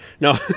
No